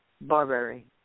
Barberry